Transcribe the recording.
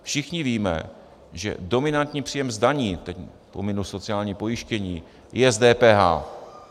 Všichni víme, že dominantním příjmem z daní teď pominu sociální pojištění je DPH.